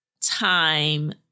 time